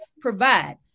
provide